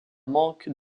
manque